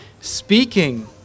speaking